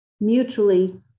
mutually